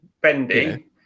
bendy